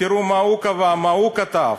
תראו מה הוא קבע, מה הוא כתב.